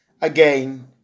again